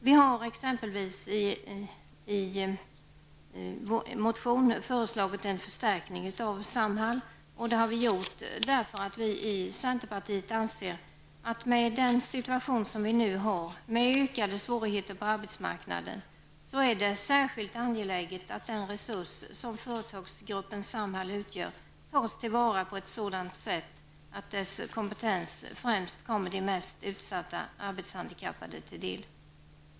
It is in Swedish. Vi har i en motion föreslagit en förstärkning av Samhall. Det har vi gjort därför att vi anser att det i nuvarande situation med ökade svårigheter på arbetsmarknaden är särskilt angeläget att den resurs som företagsgruppen Samhall utgör tas till vara så att dess kompetens främst kommer de utsatta arbetshandikappade till del.